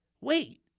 wait